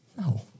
No